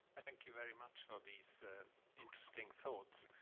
thank you very much for these interesting thoughts.